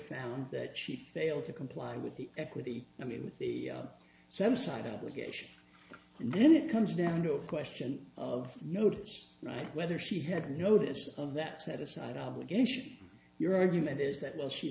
found that she failed to comply with the equity i mean with the same side of the cage and then it comes down to a question of notice right whether she had notice of that set aside obligation your argument is that while she